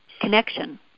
connection